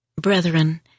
Brethren